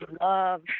love